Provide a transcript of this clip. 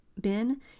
bin